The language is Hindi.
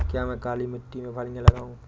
क्या मैं काली मिट्टी में फलियां लगाऊँ?